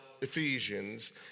Ephesians